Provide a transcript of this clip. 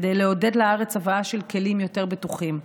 כדי לעודד הבאה של כלים יותר בטוחים לארץ.